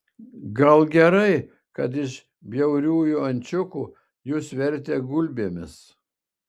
gal gerai kad iš bjauriųjų ančiukų jus vertė gulbėmis